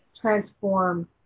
transform